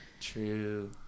True